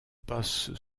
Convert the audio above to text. passe